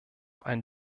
ein